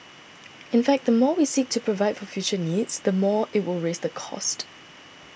in fact the more we seek to provide for future needs the more it will raise the cost